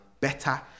better